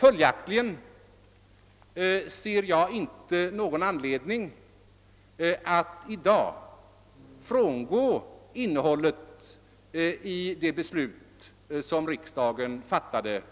Följaktligen ser jag i dag inte någon anledning att frångå innehållet i det beslut som riksdagen fattade